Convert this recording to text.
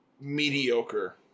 mediocre